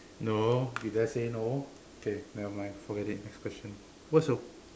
no you dare say no okay nevermind forget it next question what's your